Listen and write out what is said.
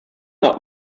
not